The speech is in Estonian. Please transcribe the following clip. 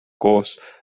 koos